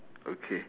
okay